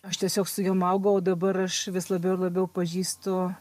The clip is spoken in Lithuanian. aš tiesiog su jom augau o dabar aš vis labiau ir labiau pažįstu